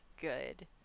good